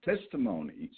testimonies